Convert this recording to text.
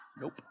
Nope